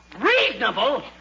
Reasonable